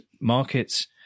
markets